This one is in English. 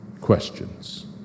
questions